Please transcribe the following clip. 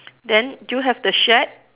then do you have the shed